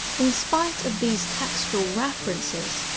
in spite of these textual references,